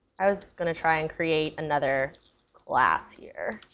i was going to try and create another class here.